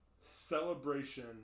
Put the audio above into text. celebration